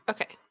Okay